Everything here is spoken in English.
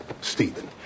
Stephen